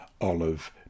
olive